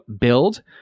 build